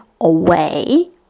away